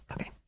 Okay